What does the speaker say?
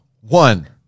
One